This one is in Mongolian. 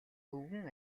өвгөн